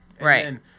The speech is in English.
right